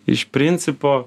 iš principo